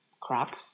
crap